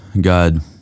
God